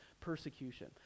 persecution